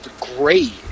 great